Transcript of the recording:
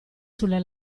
sulle